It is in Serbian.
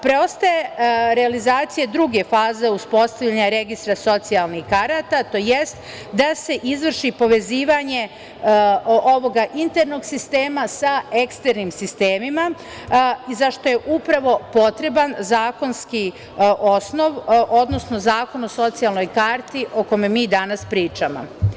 Preostaje realizacija druge faze uspostavljanje registra socijalnih karata to jest da se izvrši povezivanje ovog internog sistema sa eksternim sistemima zašta je upravo potreban zakonski osnov, odnosno Zakon o socijalnoj karti o kome mi danas pričamo.